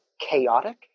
chaotic